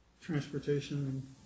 transportation